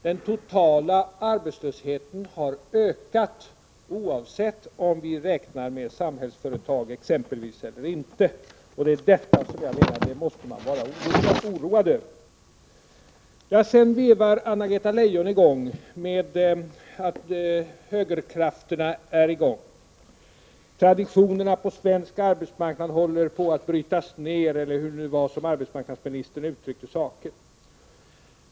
Den totala arbetslösheten har ökat, oavsett om vi räknar in exempelvis Samhällsföretag eller inte, och det är detta som jag menar att man måste vara oroad över. Vidare vevade Anna-Greta Leijon i gång med att högerkrafterna är i farten. Traditionerna på svensk arbetsmarknad håller på att brytas ned, eller hur arbetsmarknadsministern nu uttryckte saken.